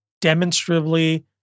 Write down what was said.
demonstrably